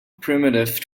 primitive